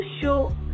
show